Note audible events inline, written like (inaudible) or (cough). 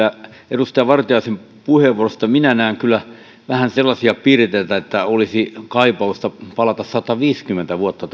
edustaja vartiaisen puheenvuorossa minä näen kyllä vähän sellaisia piirteitä että olisi kaipausta palata sataviisikymmentä vuotta (unintelligible)